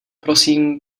prosím